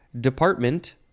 department